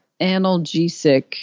analgesic